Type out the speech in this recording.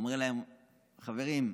הוא אומר להם: חברים,